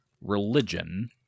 Religion